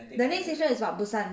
the next station is what busan